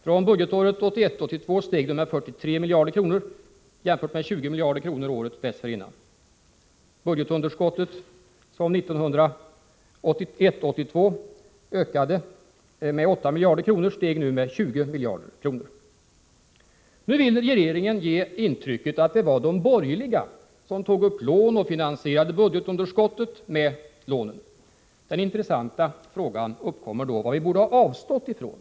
Från budgetåret 1981 82 ökade med 8 miljarder, steg nu med 20 miljarder. Nu vill regeringen ge intrycket att det var de borgerliga som tog upp lån och finansierade budgetunderskottet med lånen. Då uppkommer den intressanta frågan: Vad borde vi ha avstått från?